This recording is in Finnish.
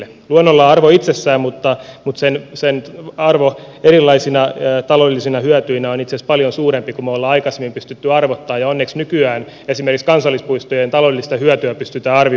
luonnolla on arvo itsessään mutta sen arvo erilaisina taloudellisina hyötyinä on itse asiassa paljon suurempi kuin me olemme aikaisemmin pystyneet arvottamaan ja onneksi nykyään esimerkiksi kansallispuistojen taloudellista hyötyä pystytään arvioimaan